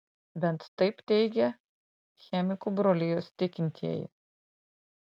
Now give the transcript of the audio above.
bent taip teigia chemikų brolijos tikintieji